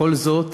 וכל זאת